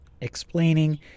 explaining